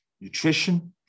nutrition